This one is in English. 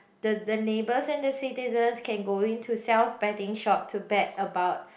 the the neighbours and the citizens can go in to sells betting shop to bet about